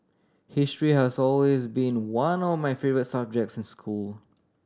history has always been one of my favourite subjects in school